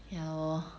ya lor